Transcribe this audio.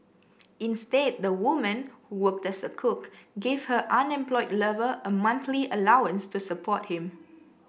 instead the woman who worked as a cook gave her unemployed lover a monthly allowance to support him